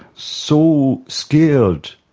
so scared,